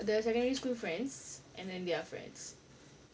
the secondary school friends and then their friends